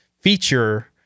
feature